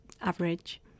average